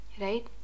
right